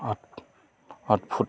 आठ आठ फुट